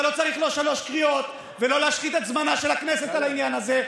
אתה לא צריך שלוש קריאות ולא להשחית את זמנה של הכנסת על העניין הזה.